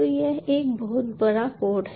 तो यह एक बहुत बड़ा कोड है